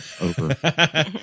over